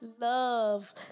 love